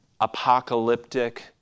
apocalyptic